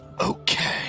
okay